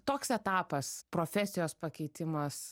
toks etapas profesijos pakeitimas